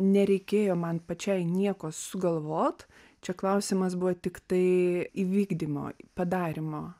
nereikėjo man pačiai nieko sugalvot čia klausimas buvo tiktai įvykdymo padarymo